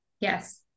Yes